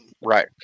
right